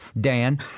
Dan